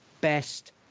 best